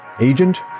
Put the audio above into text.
agent